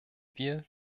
wir